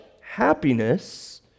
happiness